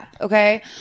okay